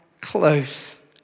close